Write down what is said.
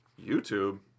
YouTube